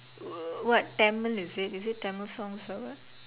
what~ what Tamil is it is it Tamil songs or what